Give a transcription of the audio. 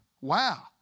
Wow